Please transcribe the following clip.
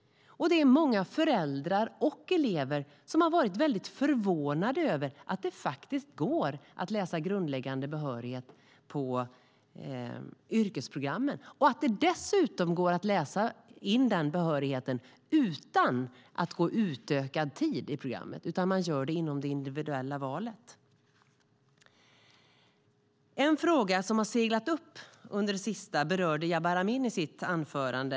Det är många föräldrar och elever som har varit väldigt förvånade över att det faktiskt går att läsa grundläggande behörighet på yrkesprogrammen och att det dessutom går att läsa in den behörigheten utan att gå utökad tid i programmet. Man gör det i stället inom det individuella valet. En fråga som har seglat upp på senaste tiden berörde Jabar Amin i sitt anförande.